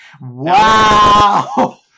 Wow